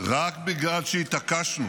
רק בגלל שהתעקשנו